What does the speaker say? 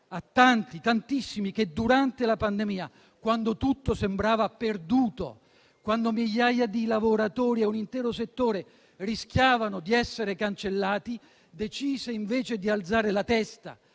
a tanti, tantissimi, che durante la pandemia, quando tutto sembrava perduto, quando migliaia di lavoratori e un intero settore rischiavano di essere cancellati, decisero invece di alzare la testa